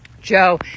Joe